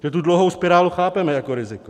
My tu dluhovou spirálu chápeme jako riziko.